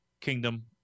Kingdom